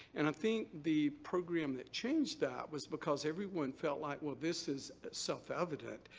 and i think the program that changed that was because everyone felt like, well, this is self-evident,